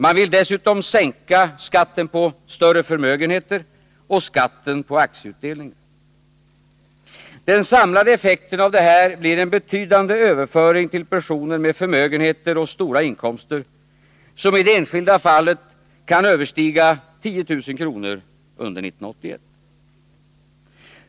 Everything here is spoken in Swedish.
Man vill dessutom sänka skatten på större förmögenheter och skatten på aktieutdelningar. Den samlade effekten av detta blir en betydande överföring till personer med förmögenheter och stora inkomster som i det enskilda fallet kan överstiga 10 000 kr. under 1981.